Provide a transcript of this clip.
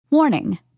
Warning